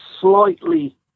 slightly